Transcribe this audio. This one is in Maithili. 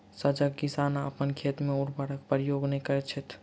सजग किसान अपन खेत मे उर्वरकक प्रयोग नै करैत छथि